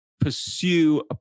pursue